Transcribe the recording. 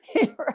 Right